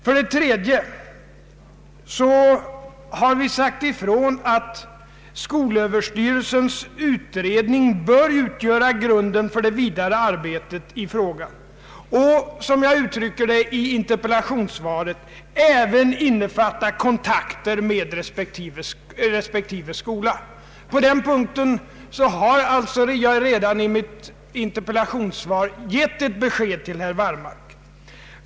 För det tredje har vi förklarat att skolöverstyrelsens utredning bör utgöra grunden för det vidare arbetet i frågan och — som jag uttryckte det i interpellationssvaret — även innefatta kontakter med respektive skola. På den punkten har jag alltså redan i mitt interpellationssvar gett besked till herr Wallmark.